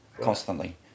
constantly